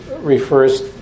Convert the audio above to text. refers